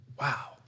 Wow